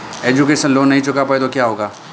Education loan नहीं चुका पाए तो क्या होगा?